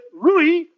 Rui